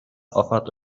offered